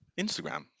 instagram